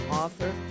author